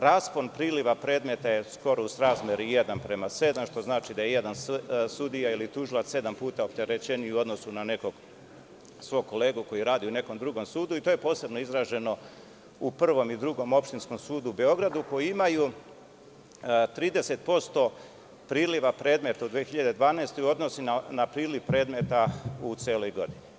Raspon priliva predmeta je skoro u srazmeri 1:7, što znači da je jedan sudija ili tužilac sedam puta opterećeniji u odnosu na nekog svog kolegu koji radi u nekom drugom sudu i to je posebno izraženo u Prvom i Drugom opštinskom sudu u Beogradu, koji imaju 30% priliva predmeta u 2012. godini u odnosu na priliv predmeta u celoj godini.